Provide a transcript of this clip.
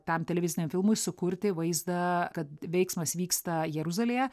tam televiziniam filmui sukurti vaizdą kad veiksmas vyksta jeruzalėje